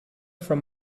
from